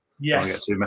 yes